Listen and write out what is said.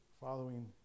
following